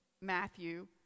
Matthew